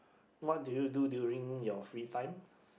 what do you do during your free time